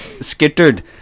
skittered